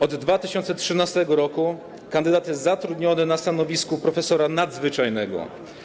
Od 2013 r. kandydat jest zatrudniony na stanowisku profesora nadzwyczajnego.